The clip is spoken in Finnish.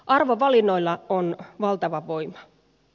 arvovalinnoilla on valtava voima